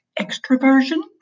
extroversion